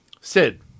Sid